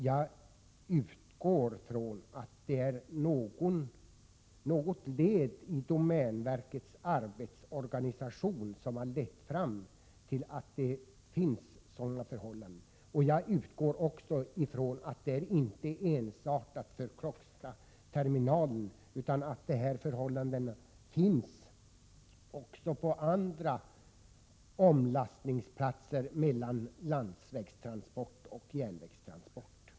Jag utgår från att det är något led i domänverkets arbetsorganisation som har lett fram till att dessa förhållanden råder. Jag utgår också från att detta inte är unikt för Klockstaterminalen, utan att dessa förhållanden råder även på andra platser där det sker omlastning mellan landsvägstransport och järnvägstransport.